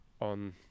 on